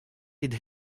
did